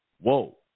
Whoa